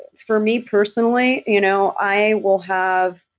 for me personally, you know i will have,